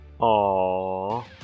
Aww